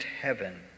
heaven